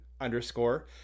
underscore